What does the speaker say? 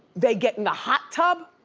they get in the hot tub.